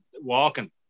Walking